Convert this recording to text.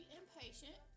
impatient